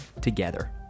together